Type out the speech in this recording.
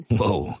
whoa